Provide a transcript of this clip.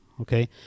Okay